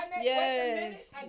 yes